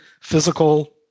physical